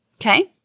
Okay